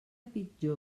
pitjor